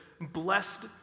Blessed